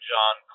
John